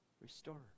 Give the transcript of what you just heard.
Restore